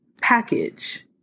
package